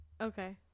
Okay